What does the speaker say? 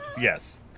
Yes